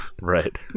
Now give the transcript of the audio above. Right